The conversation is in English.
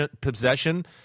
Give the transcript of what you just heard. possession